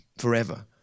forever